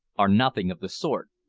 are nothing of the sort,